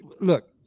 Look